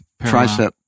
tricep